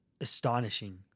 astonishing